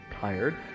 tired